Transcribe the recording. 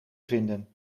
vinden